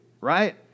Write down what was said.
right